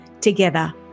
Together